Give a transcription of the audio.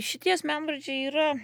šitie asmenvardžiai yra